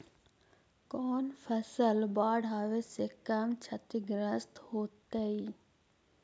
कौन फसल बाढ़ आवे से कम छतिग्रस्त होतइ?